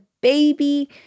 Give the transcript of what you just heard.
baby